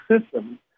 system